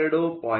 7 9